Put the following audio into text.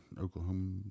Oklahoma